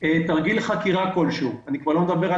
תרגיל חקירה כלשהו אני כבר לא מדבר על